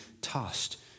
tossed